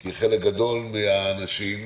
כי חלק גדול מהאנשים,